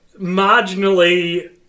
marginally